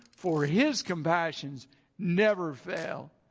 for his compassions never fail.